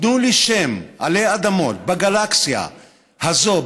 תנו לי שם עלי אדמות בגלקסיה הזאת,